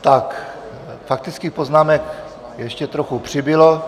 Tak, faktických poznámek ještě trochu přibylo.